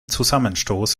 zusammenstoß